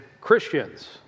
Christians